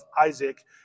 Isaac